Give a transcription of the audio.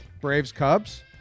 Braves-Cubs